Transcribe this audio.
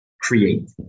create